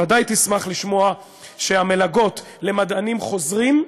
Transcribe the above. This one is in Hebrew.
בוודאי תשמח לשמוע שהמלגות למדענים חוזרים,